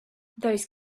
those